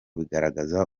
bigaragaza